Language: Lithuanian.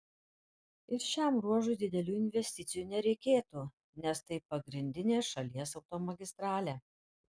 ir šiam ruožui didelių investicijų nereikėtų nes tai pagrindinė šalies automagistralė